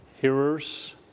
hearers